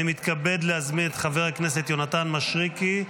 אני מתכבד להזמין את חבר הכנסת יונתן מישרקי,